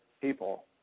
people